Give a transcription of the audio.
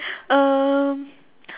um